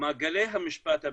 מעגלי המשפט הבדואי.